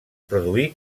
produí